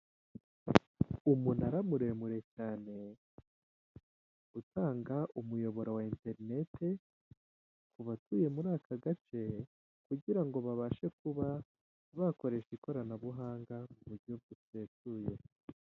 Umunara muremure cyane utanga umuyoboro wa interinete kubatuye muri aka gace kugira ngo babashe kuba bakoresha ikoranabuhanga mu buryo busesuye.